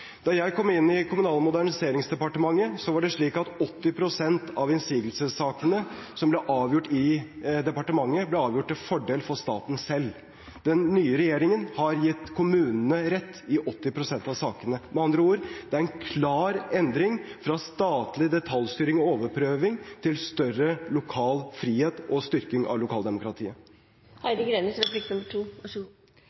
Da jeg kom inn i Kommunal- og moderniseringsdepartementet, var det slik at 80 pst. av innsigelsessakene som ble avgjort i departementet, ble avgjort til fordel for staten selv. Den nye regjeringen har gitt kommunene rett i 80 pst. av sakene. Med andre ord: Det er en klar endring fra statlig detaljstyring og overprøving til større lokal frihet og styrking av